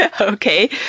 Okay